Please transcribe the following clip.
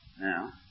Now